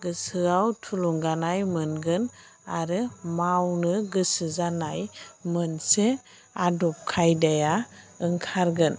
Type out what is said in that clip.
गोसोआव थुलुंगानाय मोनगोन आरो मावनो गोसो जानाय मोनसे आदब खायदाया ओंखारगोन